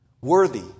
Worthy